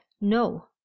No